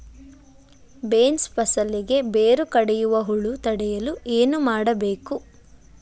Beans ಫಸಲಿಗೆ ಬೇರು ಕಡಿಯುವ ಹುಳು ತಡೆಯಲು ಏನು ಮಾಡಬೇಕು?